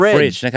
Fridge